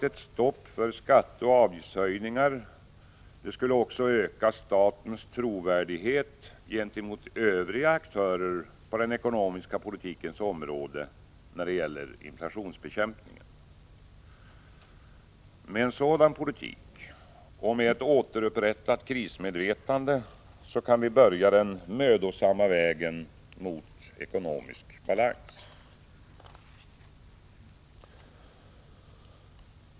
Ett stopp för skatteoch avgiftshöjningar skulle också öka statens trovärdighet gentemot övriga aktörer på den ekonomiska politikens område när det gäller inflationsbekämpningen. Med en sådan politik och med ett återupprättat krismedvetande kan vi börja den mödosamma vägen mot ekonomisk balans.